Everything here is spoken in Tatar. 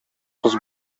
кыз